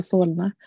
Solna